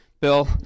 Bill